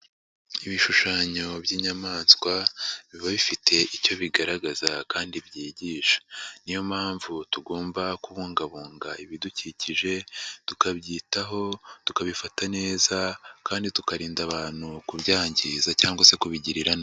Ibishushanyo by'inyamaswa biba bifite icyo bigaragaza kandi byigisha, niyo mpamvu tugomba kubungabunga ibidukikije tukabyitaho tukabifata neza kandi tukarinda abantu kubyangiza cyangwa se kubigirira nabi.